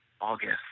August